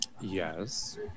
yes